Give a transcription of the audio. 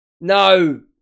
no